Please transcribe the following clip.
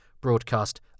broadcast